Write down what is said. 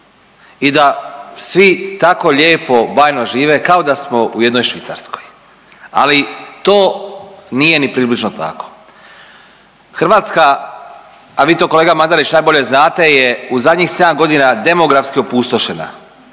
i da svi tako lijepo bajno žive kao da smo u jednoj Švicarskoj, ali to nije ni približno tako. Hrvatska, a vi to kolega Mandarić najbolje znate je u zadnjih 7 godina demografski opustošena.